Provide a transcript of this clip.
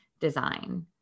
design